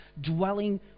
dwelling